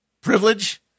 privilege